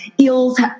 eels